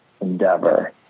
endeavor